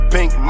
Pink